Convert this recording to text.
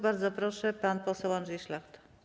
Bardzo proszę, pan poseł Andrzej Szlachta.